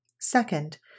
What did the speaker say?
Second